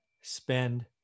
spend